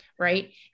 right